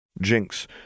Jinx